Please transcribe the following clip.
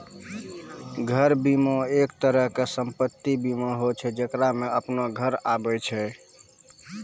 घर बीमा, एक तरहो के सम्पति बीमा होय छै जेकरा मे अपनो घर आबै छै